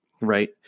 right